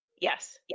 Yes